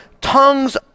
tongues